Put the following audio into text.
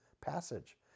passage